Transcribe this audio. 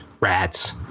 rats